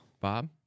Bob